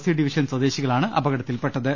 C division സ്വദേശികളാണ് അപകടത്തിൽപ്പെട്ടത്